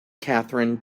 catherine